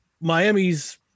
Miami's